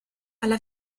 alla